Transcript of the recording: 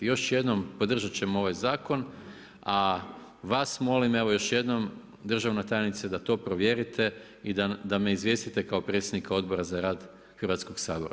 Još jednom, podržat ćemo ovaj zakon a vas molim, još jednom državna tajnice da to provjerite i da me izvijestite kao predsjednika Odbora za rad Hrvatskog sabora.